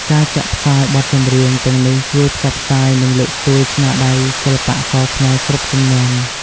ការចាក់ផ្សាយបទចម្រៀងទាំងនេះជួយផ្សព្វផ្សាយ និងលើកស្ទួយស្នាដៃសិល្បករខ្មែរគ្រប់ជំនាន់។